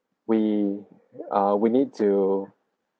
we uh we need to